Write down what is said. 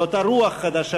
אותה רוח חדשה,